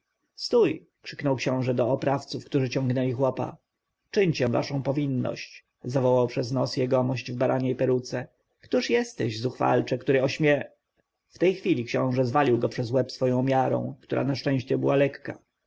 stój krzyknął książę do oprawców którzy ciągnęli chłopa czyńcie waszą powinność zawołał przez nos jegomość w baraniej peruce któż jesteś zuchwalcze który ośmie w tej chwili książę zwalił go przez łeb swoją miarą która na szczęście była lekka